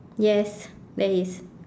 yes there is